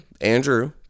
Andrew